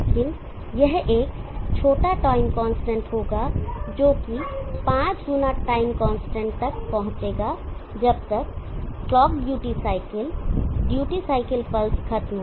लेकिन यह एक छोटा टाइम कांस्टेंट होगा जोकि 5 गुना टाइम कांस्टेंट तक पहुंचेगा जब तक clock duty cycle duty cycle pulse खत्म हो